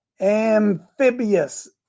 Amphibious